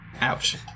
Ouch